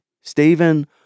Stephen